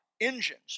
engines